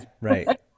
right